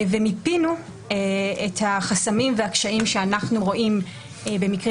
ומיפינו את החסמים והקשיים שאנחנו רואים במקרים